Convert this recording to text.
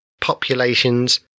populations